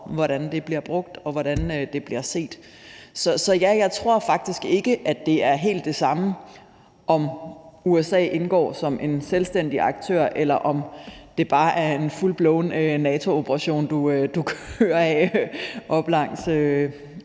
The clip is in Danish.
hvordan det bliver brugt, og hvordan det bliver set. Så ja, jeg tror faktisk ikke, at det er helt det samme, om USA indgår som en selvstændig aktør, eller om det bare er en full-blown NATO-operation, du kører af op langs